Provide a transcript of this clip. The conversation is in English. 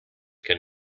can